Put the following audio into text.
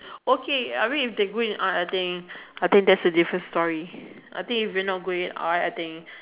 okay I mean if they're good in art I think I think that's a different story I think if you're not good in art I think